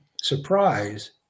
surprise